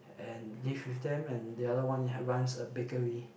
and live with them and the other one had runs a bakery